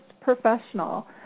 professional